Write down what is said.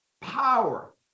power